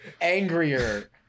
Angrier